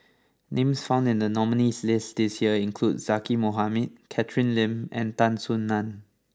names found in the nominees' list this year include Zaqy Mohamad Catherine Lim and Tan Soo Nan